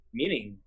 meaning